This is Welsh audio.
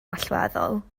allweddol